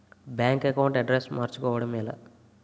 Bank account address మార్చుకోవడం ఎలా?